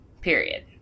period